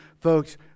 Folks